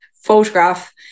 photograph